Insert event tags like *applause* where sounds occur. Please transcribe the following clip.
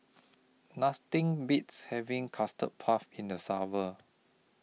Nothing Beats having Custard Puff in The *unintelligible*